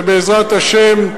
ובעזרת השם,